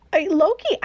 Loki